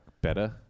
better